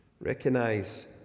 Recognize